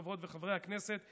חברות וחברי הכנסת,